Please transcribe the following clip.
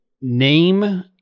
name